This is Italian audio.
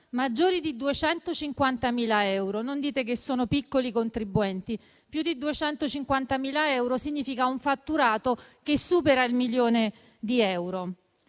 maggiori di 250.000 euro. Non dite che sono piccoli contribuenti: più di 250.000 euro significa un fatturato che supera il milione di euro.